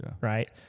right